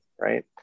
right